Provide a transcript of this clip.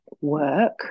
work